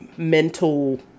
mental